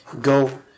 Go